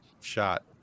shot